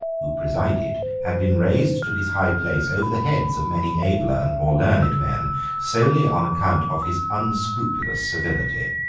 who presided, had been raised to his high place over the heads of many abler and more learned men solely on account of his unscrupulous servility.